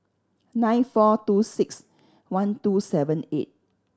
nine four two six one two seven eight